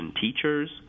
teachers